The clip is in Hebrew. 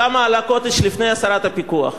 כמה עלה "קוטג'" לפני הסרת הפיקוח?